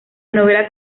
novela